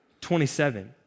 27